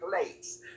place